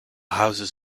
houses